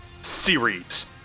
Series